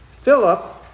Philip